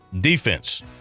defense